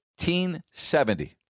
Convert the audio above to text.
1970